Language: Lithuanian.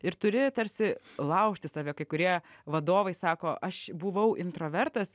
ir turi tarsi laužti save kai kurie vadovai sako aš buvau introvertas